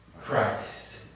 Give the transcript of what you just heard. Christ